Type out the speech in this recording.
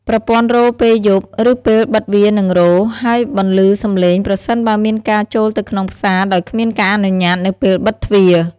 ប្រព័ន្ធរោទ៍ពេលយប់ ឬពេលបិទវានឹងរោទ៍ ហើយបន្លឺសម្លេងប្រសិនបើមានការចូលទៅក្នុងផ្សារដោយគ្មានការអនុញ្ញាតនៅពេលបិទទ្វារ។